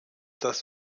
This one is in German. das